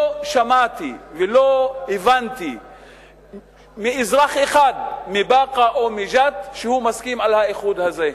לא שמעתי ולא הבנתי מאזרח אחד מבאקה או מג'ת שהוא מסכים לאיחוד הזה.